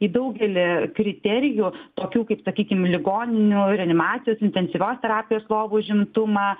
į daugelį kriterijų tokių kaip sakykim ligoninių reanimacijos intensyvios terapijos lovų užimtumą